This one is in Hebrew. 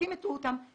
ספקים הטעו אותן,